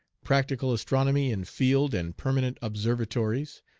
practical astronomy in field and permanent observatories,